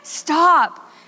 Stop